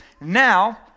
Now